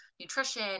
nutrition